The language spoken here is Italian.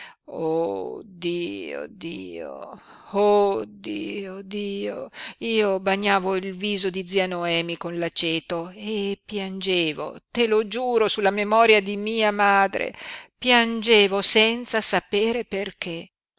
oh dio dio oh dio dio io bagnavo il viso di zia noemi con l'aceto e piangevo te lo giuro sulla memoria di mia madre piangevo senza sapere perché